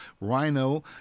Rhino